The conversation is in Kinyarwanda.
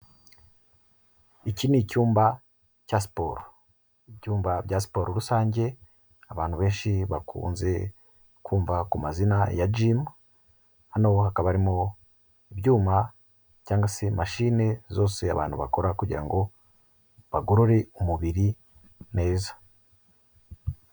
Iki ni icyumba cya siporo ibyumba bya siporo rusange abantu benshi bakunze kumva kumazina ya jimu, hano hakaba barimo ibyuma cyangwa se mashine zose abantu bakora kugira ngo bagorore umubiri neza.